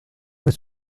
was